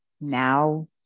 now